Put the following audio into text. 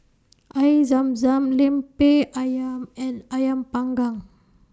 Air Zam Zam Lemper Ayam and Ayam Panggang